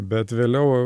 bet vėliau